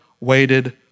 waited